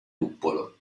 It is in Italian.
luppolo